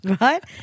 right